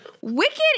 Wicked